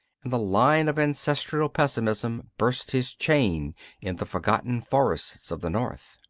and the lion of ancestral pessimism burst his chain in the forgotten forests of the north.